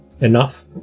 enough